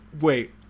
wait